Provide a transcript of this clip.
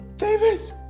davis